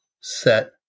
set